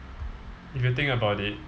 if you think about it